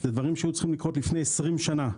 אלה דברים שהיו צריכים לקרות לפני 20 שנים.